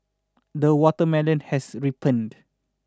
the watermelon has ripened